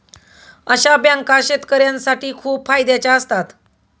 अशा बँका शेतकऱ्यांसाठी खूप फायद्याच्या असतात